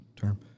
term